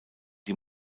die